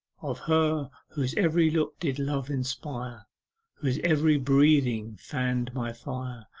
of her whose every look did love inspire whose every breathing fanned my fire,